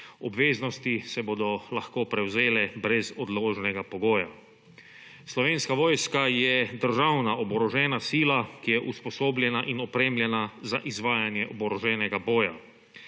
Obveznosti se bodo lahko prevzele brez odložnega pogoja. Slovenska vojska je državna oborožena sila, ki je usposobljena in opremljena za izvajanje oboroženega boja.